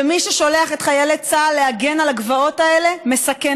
מי ששולח את חיילי צה"ל להגן על הגבעות האלה מסכן